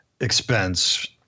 expense